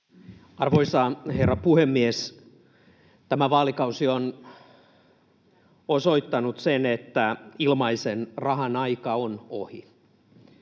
Arvoisa herra puhemies! Tämä vaalikausi on osoittanut sen, että ilmaisen rahan aika on ohi.